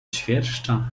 świerszcza